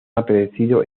aparecido